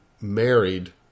married